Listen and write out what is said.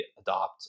adopt